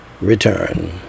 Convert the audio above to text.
return